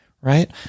right